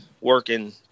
working